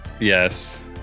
Yes